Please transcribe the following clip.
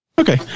okay